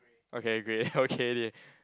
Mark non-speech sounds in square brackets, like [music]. okay grey [laughs] okay already